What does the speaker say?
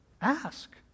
ask